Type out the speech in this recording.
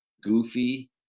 goofy